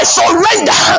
surrender